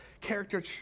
character